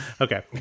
Okay